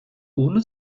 ohne